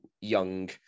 young